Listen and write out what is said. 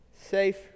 Safe